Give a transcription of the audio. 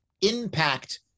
impact